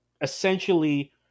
essentially